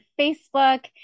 Facebook